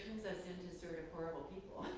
us into sort of horrible people,